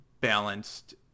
balanced